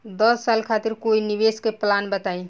दस साल खातिर कोई निवेश के प्लान बताई?